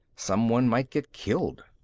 someone might get killed.